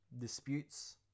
disputes